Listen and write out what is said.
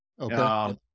Okay